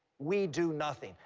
we do nothing.